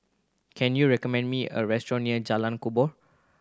can you recommend me a restaurant near Jalan Kubor